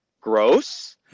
Gross